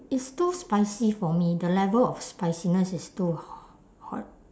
it's too spicy for me the level of spiciness is too h~ hot